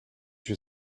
you